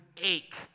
ache